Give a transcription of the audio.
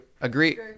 Agree